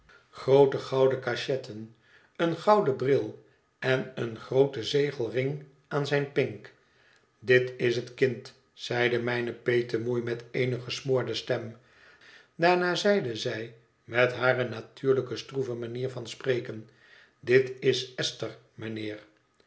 groote gouden cachetten een gouden bril en een grooten zegelring aan zijn pink dit is het kind zeide mijne petemoei met eene gesmoorde stem daarna zeide zij met hare natuurlijke stroeve manier van spreken dit is esther